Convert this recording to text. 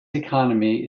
economy